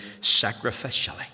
sacrificially